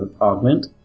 augment